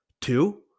Two